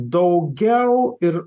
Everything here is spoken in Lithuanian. daugiau ir